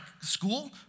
school